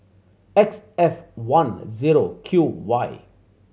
X F one zero Q Y